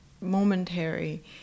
momentary